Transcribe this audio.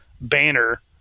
banner